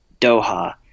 Doha